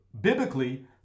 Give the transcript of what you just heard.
Biblically